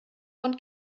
von